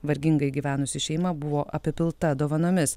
vargingai gyvenusi šeima buvo apipilta dovanomis